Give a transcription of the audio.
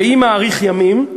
ואם אאריך ימים,